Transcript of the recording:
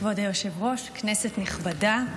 כבוד היושב-ראש, כנסת נכבדה,